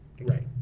Right